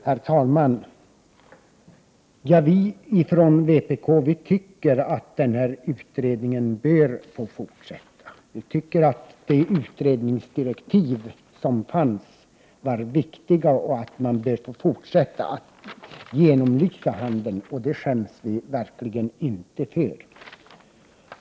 Herr talman! Vi från vpk tycker att den här utredningen bör få fortsätta. Vi anser att utredningsdirektiven var viktiga och att man bör få fortsätta att genomlysa handeln. Det skäms vi verkligen inte för.